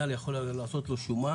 המנהל יכול לעשות לו שומה.